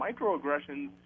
microaggressions